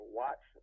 watch